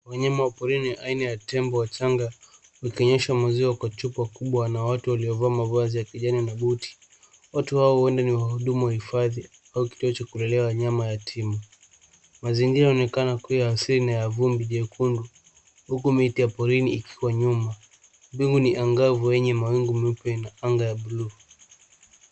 Wanyama wa porini aina ya tembo wachanga wakinyweshwa maziwa kwa chupa kubwa na watu waliovaa mavazi ya kijani na buti. Watu hawa huenda ni wahudumu wa hifadhi au kitua cha kulelelea wanyama yatima. Mazingira yanaonekana kuwa ya asili na ya vumbi jekundu huku miti ya porini ikiwa nyuma. Mbingu ni angavu yenye mawingu meupe na anga ya buluu.